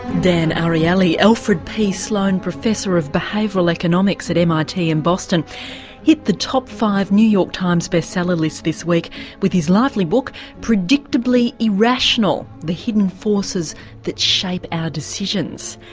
dan ariely, alfred p sloan professor of behavioural economics at mit in boston hit the top five new york times bestseller list this year with his lively book predictability irrational the hidden forces that shape our decisions.